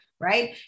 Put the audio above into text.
Right